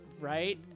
right